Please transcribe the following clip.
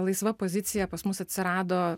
laisva pozicija pas mus atsirado